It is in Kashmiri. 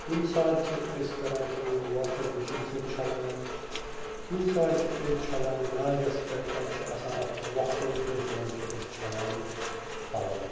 کُنہِ ساتہٕ چھِ أسۍ کَران کٲم واشِنٛگ مِشیٖن سۭتۍ چھَلان کُنہِ ساتہٕ چھِ أسۍ چھَلان ناگَس پٮ۪ٹھ تَتہِ چھِ آسان اَکھ وۄکھُل تٔتھۍ منٛز چھِ أسۍ چھَلان پَلو